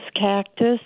cactus